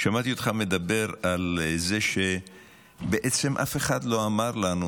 שמעתי אותך מדבר על זה שבעצם אף אחד לא אמר לנו